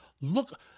look